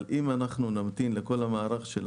אבל אם אנחנו נמתין לכל המערך של